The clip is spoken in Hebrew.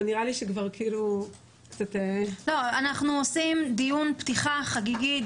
אבל נראה לי שכבר --- אנחנו עושים דיון פתיחה חגיגי,